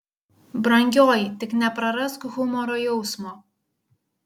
brangioji tik neprarask humoro jausmo